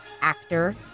actor